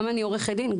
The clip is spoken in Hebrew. גם אני עורכת דין,